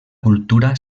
cultura